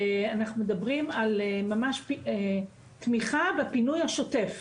אנחנו מדברים ממש על תמיכה והפינוי השוטף,